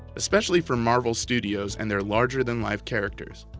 especially for marvel studios and their larger-than-life characters.